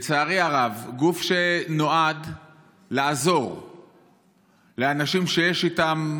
זה גוף שנועד לעזור לאנשים שיש איתם בעיות,